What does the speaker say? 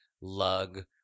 lug